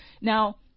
Now